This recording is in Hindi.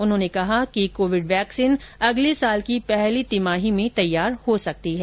उन्होंने कहा कि कोविड वैक्सीन अगले साल की पहली तिमाही में तैयार हो सकती है